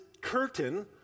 curtain